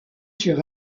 sur